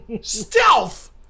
Stealth